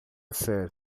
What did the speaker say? ser